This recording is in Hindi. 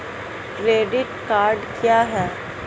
क्रेडिट कार्ड क्या है?